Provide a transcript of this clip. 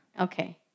Okay